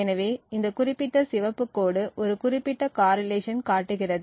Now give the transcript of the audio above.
எனவே இந்த குறிப்பிட்ட சிவப்பு கோடு ஒரு குறிப்பிட்ட காரிலேஷன் காட்டுகிறது